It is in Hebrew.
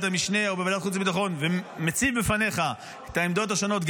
המשנה או בוועדת החוץ והביטחון ומציג בפניך את העמדות השונות,